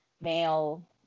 male